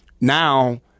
now